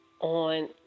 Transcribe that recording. on